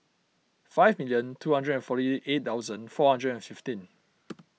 five million two hundred and forty eight thousand four hundred and fifteen